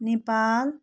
Nepal